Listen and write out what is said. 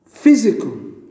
physical